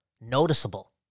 noticeable